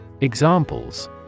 Examples